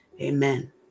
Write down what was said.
Amen